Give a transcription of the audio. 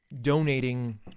donating